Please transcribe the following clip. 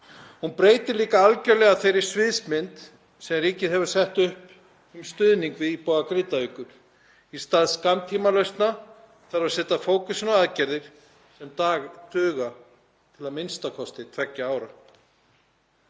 Hún breytir líka algerlega þeirri sviðsmynd sem ríkið hefur sett upp um stuðning við íbúa Grindavíkur. Í stað skammtímalausna þarf að setja fókusinn á aðgerðir sem duga til a.m.k. tveggja ára.